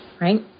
right